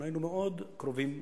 אנחנו היינו מאוד קרובים למטרה.